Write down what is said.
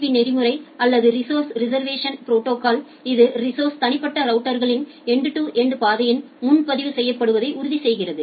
B நெறிமுறை அல்லது resources reservation protocol இது ரிஸோஸர்ஸ் தனிப்பட்ட ரவுட்டர்களில் எண்டு டு எண்டு பாதையில் முன்பதிவு செய்யப்படுவதை உறுதி செய்கிறது